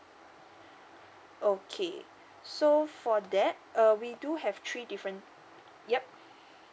okay so for that uh we do have three different yup